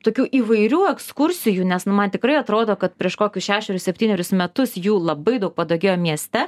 tokių įvairių ekskursijų nes nu man tikrai atrodo kad prieš kokius šešerius septynerius metus jų labai daug padaugėjo mieste